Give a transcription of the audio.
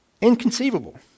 Inconceivable